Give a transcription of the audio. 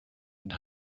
and